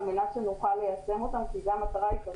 מנת שנוכל ליישם אותם כי זו המטרה העיקרית.